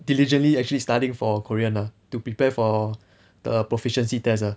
diligently actually studying for korean ah to prepare for the proficiency test ah